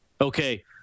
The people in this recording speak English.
Okay